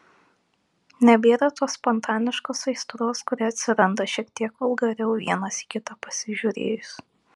nebėra tos spontaniškos aistros kuri atsiranda šiek tiek vulgariau vienas į kitą pasižiūrėjus